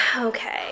Okay